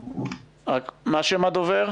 מה שם הדובר?